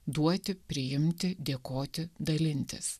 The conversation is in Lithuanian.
duoti priimti dėkoti dalintis